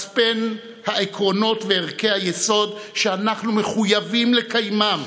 מצפן העקרונות וערכי היסוד שאנחנו מחויבים לקיימם.